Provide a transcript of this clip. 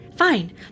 Fine